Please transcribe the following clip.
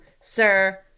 sir